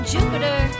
Jupiter